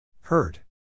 Hurt